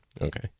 Okay